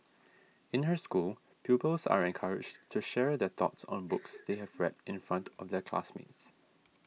in her school pupils are encouraged to share their thoughts on books they have read in front of their classmates